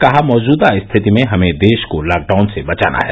कहा मौजूदा स्थिति में हमें देश को लॉकडाउन से बचाना है